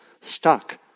stuck